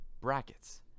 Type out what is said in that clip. brackets